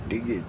ಟ್ಟಿಗೆ